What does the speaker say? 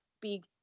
big